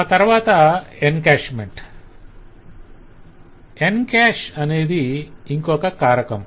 ఆ తరవాత "encashment" 'encash' అనేది ఇంకొక కారకం